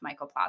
mycoplasma